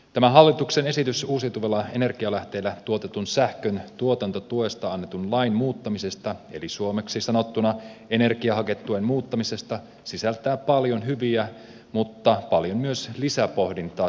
tämä hallituksen esitys uusiutuvilla energialähteillä tuotetun sähkön tuotantotuesta annetun lain muuttamisesta eli suomeksi sanottuna energiahaketuen muuttamisesta sisältää paljon hyviä mutta paljon myös lisäpohdintaa sisältäviä elementtejä